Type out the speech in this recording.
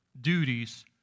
duties